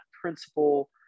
principle